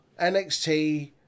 NXT